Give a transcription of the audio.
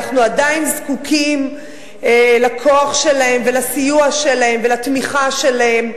אנחנו עדיין זקוקים לכוח שלהם ולסיוע שלהם ולתמיכה שלהם,